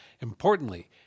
importantly